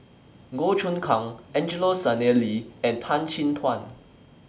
Goh Choon Kang Angelo Sanelli and Tan Chin Tuan